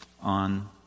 on